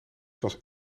was